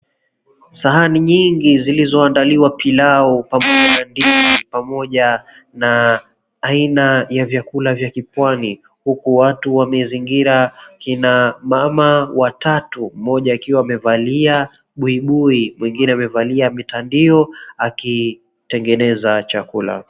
Sahani nyingi zilizoandaliwa pilau pamoja na aina ya vyakula vya kipwani huku watu wameizingira , kina mama watatu mmoja akiwa amevalia buibui mwengine amevalia mitandio akitengeneza chakula.